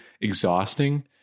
exhausting